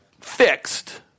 fixed